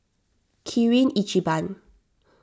Kirin Ichiban